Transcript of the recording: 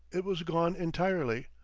it was gone entirely,